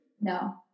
No